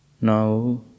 Now